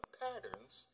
patterns